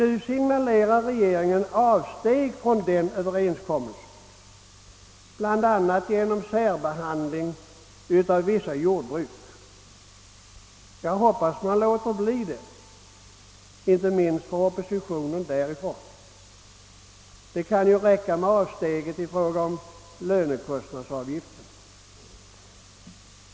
Nu signalerar regeringen avsteg från denna överenskommelse, bl.a. genom särbehandling av vissa jordbruk. Jag hoppas att regeringen låter bli att verkligen göra dessa avsteg, inte minst med tanke på den opposition sådana avsteg har väckt bland de berörda. Det kan ju räcka med avsteget beträffande lönekostnadsavgiften.